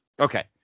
Okay